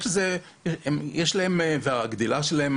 הגדילה שלהם